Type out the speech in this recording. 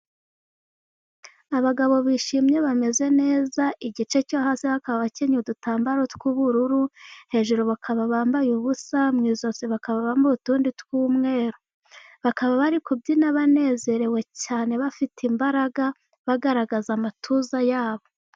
Abagabo bishimye bameze neza, igice cyo hasi hakaba bakenyeye udutambaro tw'ubururu, hejuru bakaba bambaye ubusa, mu izose bakaba bambaye utundi tw'umweru, bakaba bari kubyina banezerewe cyane, bafite imbaraga, bagaragaza amatuza yabo.